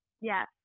Yes